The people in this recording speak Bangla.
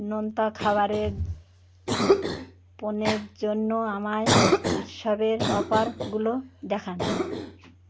নোনতা খাবারের পণ্যের জন্য আমায় উৎসবের অফারগুলো দেখান